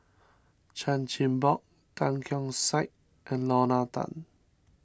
Chan Chin Bock Tan Keong Saik and Lorna Tan